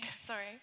sorry